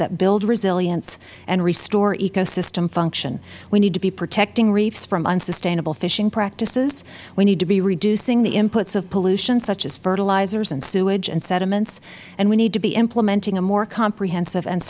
that build resilience and restore ecosystem function we need to be protecting reefs from unsustainable fishing practices we need to be reducing the inputs of pollution such as fertilizers and sewage and sediments and we need to be implementing a more comprehensive and